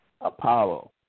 Apollo